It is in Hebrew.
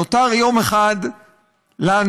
נותר יום אחד לנו,